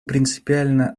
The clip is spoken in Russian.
принципиально